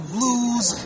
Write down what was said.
Blues